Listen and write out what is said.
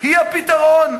היא הפתרון.